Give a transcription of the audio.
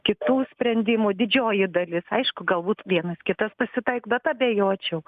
kitų sprendimų didžioji dalis aišku galbūt vienas kitas pasitaik bet abejočiau